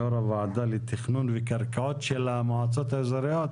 יו"ר הוועדה לתכנון וקרקעות של המועצות האזוריות.